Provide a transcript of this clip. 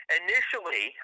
initially